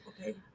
okay